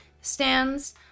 stands